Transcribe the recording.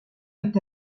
est